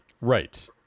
Right